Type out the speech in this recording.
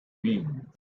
meant